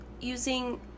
using